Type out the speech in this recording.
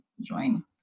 join